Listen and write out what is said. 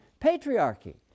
patriarchy